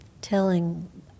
telling